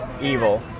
evil